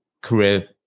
career